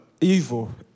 evil